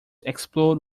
explode